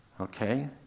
okay